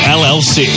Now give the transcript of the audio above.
llc